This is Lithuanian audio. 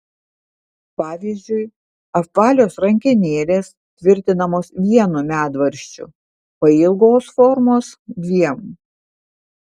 pavyzdžiui apvalios rankenėlės tvirtinamos vienu medvaržčiu pailgos formos dviem